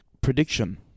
Prediction